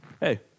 hey